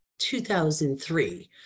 2003